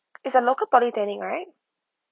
it's a local polytechnic right